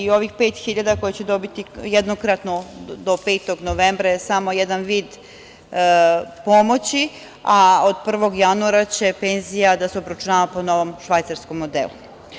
Ovih 5.000 koji će dobiti jednokratnu pomoć do 5. novembra je samo jedan vid pomoći, a od 1. januara će penzija da se obračunava po novom švajcarskom modelu.